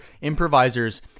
improvisers